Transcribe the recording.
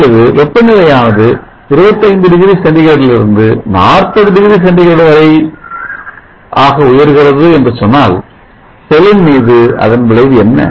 இப்பொழுது வெப்பநிலையானது 25 degree centigrade லிருந்து 40 டிகிரி சென்டிகிரேட் ஆக உயர்கிறது என்று சொன்னால் செல்லின் மீது அதன் விளைவு என்ன